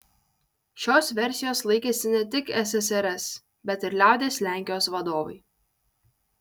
šios versijos laikėsi ne tik ssrs bet ir liaudies lenkijos vadovai